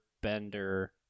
bender